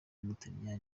w’umutaliyani